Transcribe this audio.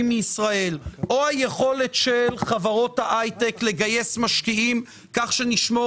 מישראל או היכולת של חברות ההייטק לגייס משקיעים כך שנשמור